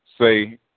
say